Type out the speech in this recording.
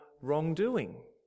wrongdoing